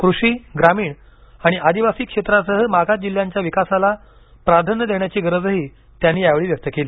कृषी ग्रामीण आणि आदिवासी क्षेत्रासह मागास जिल्ह्यांच्या विकासाला प्राधान्य देण्याची गरजही त्यांनी यावेळी व्यक्त केली